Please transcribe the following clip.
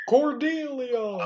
Cordelia